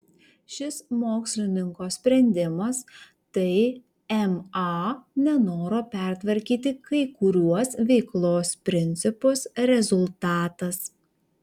šis mokslininko sprendimas tai ma nenoro pertvarkyti kai kuriuos veiklos principus rezultatas